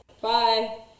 Bye